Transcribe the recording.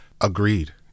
Agreed